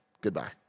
Goodbye